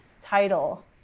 title